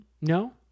No